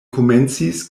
komencis